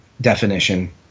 definition